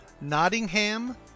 Nottingham